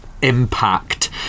impact